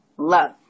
love